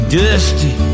dusty